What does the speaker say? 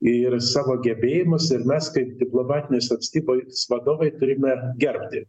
ir savo gebėjimus ir mes kaip diplomatinės atstybės vadovai turime gerbti